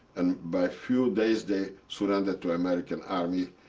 and by few days, they surrendered to american army.